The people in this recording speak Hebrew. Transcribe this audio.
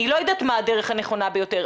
אני לא יודעת מה הדרך הנכונה ביותר,